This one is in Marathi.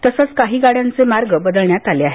तसच काही गाड्यांचे मार्ग बदलण्यात आले आहेत